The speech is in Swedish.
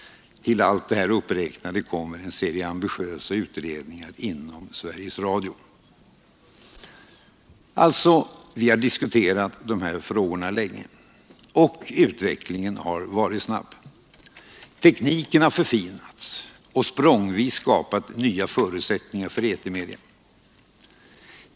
Till allt det här uppräknade kommer en serie ambitiösa utredningar inom Sveriges Radio. Vi har alltså diskuterat de här frågorna länge och utvecklingen har varit snabb. Tekniken har förfinats och språngvis skapat nya förutsättningar för etermedia.